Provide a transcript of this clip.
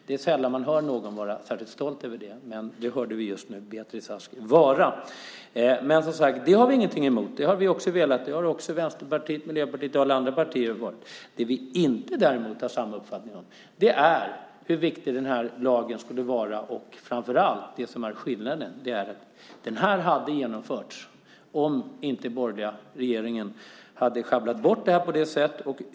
Det är sällan man hör någon vara särskilt stolt över att ligga under med ett-sex, men det hörde vi just Beatrice Ask vara. Men som sagt har vi inget emot att ni satsar på ökade resurser. Det har vi också velat. Det har också Vänsterpartiet, Miljöpartiet och alla andra partier velat. Det vi däremot inte har samma uppfattning om är hur viktig den här lagen skulle vara. Det som framför allt är skillnaden är att lagen hade genomförts om inte den borgerliga regeringen hade sjabblat bort detta.